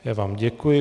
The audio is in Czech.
Já vám děkuji.